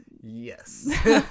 Yes